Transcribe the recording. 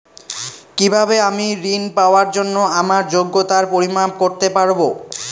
কিভাবে আমি ঋন পাওয়ার জন্য আমার যোগ্যতার পরিমাপ করতে পারব?